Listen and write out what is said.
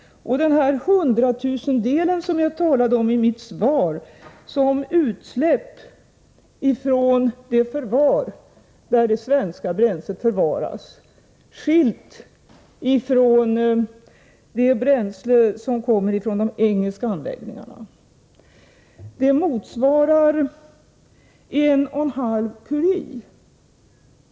Den hundratusendel som jag talar om i mitt svar gäller Sveriges bidrag till utsläppen från den plats där det svenska bränslet förvaras skilt från det bränsle som kommer från de engelska anläggningarna. Det motsvarar 1,5 curie.